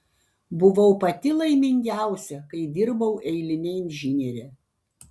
buvau pati laimingiausia kai dirbau eiline inžiniere